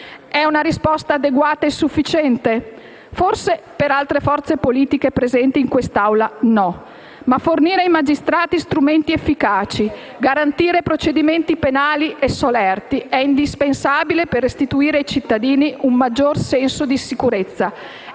È una risposta adeguata e sufficiente? Forse per altre forze politiche presenti in quest'Assemblea no; ma fornire ai magistrati strumenti efficaci, garantire procedimenti penali solerti è indispensabile per restituire ai cittadini un maggior senso di sicurezza.